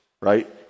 right